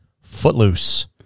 Footloose